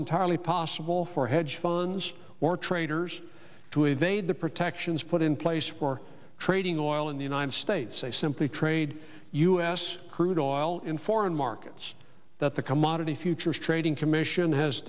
entirely possible for hedge funds or traders to evade the protections put in place for trading oil in the united states they simply trade u s crude oil in foreign markets that the commodity futures trading commission has